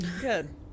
Good